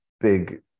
big